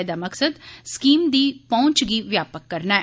एह्दा मकसद स्कीमै दी पहुंच गी व्यापक करना ऐ